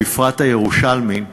בפרט הירושלמים,